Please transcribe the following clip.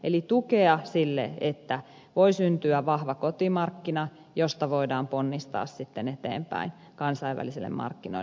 tarvitaan tukea sille että voi syntyä vahva kotimarkkina josta voidaan ponnistaa sitten eteenpäin kansainvälisille markkinoille